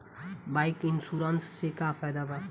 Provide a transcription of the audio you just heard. Bike insurance से का फायदा बा?